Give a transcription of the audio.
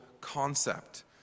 concept